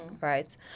right